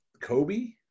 Kobe